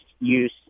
use